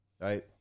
Right